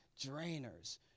Drainers